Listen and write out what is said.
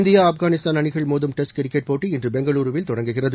India Afghanistan அளிகள் மோதும் test cricket போட்டி இன்று பெங்களுருவில் தொடங்குகிறது